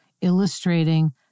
illustrating